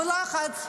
בלחץ,